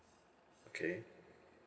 okay